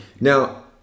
Now